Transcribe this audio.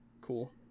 Cool